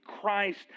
Christ